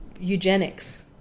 eugenics